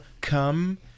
come